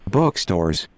bookstores